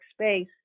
space